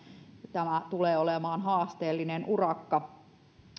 tämä tulee olemaan haasteellinen urakka